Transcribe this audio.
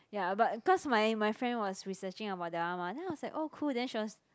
ya but cause my my friend was researching about that one mah then I was like oh cool then she was